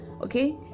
Okay